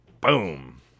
Boom